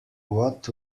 what